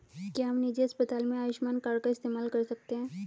क्या हम निजी अस्पताल में आयुष्मान कार्ड का इस्तेमाल कर सकते हैं?